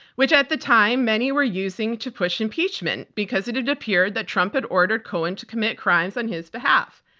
which at the time many were using to push impeachment because it had appeared that trump had ordered cohen to commit crimes on his behalf.